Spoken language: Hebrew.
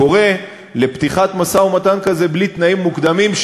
קורא לפתיחת משא-ומתן כזה בלי תנאים מוקדמים,